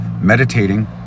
meditating